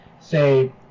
say